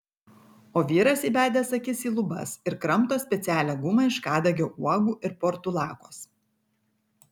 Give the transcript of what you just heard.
o vyras įbedęs akis į lubas ir kramto specialią gumą iš kadagio uogų ir portulakos